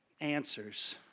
answers